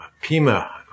Pima